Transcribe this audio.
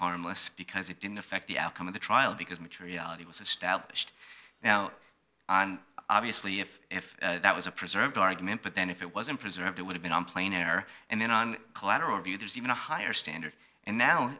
harmless because it didn't affect the outcome of the trial because materiality was established now and obviously if if that was a preserved argument but then if it wasn't preserved it would have been on plain air and then on collateral view there's even a higher standard and now